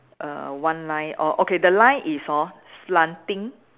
err one line o~ okay the line is hor slanting